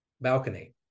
balcony